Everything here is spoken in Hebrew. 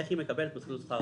איך היא מקבלת מסלול שכר עבודה?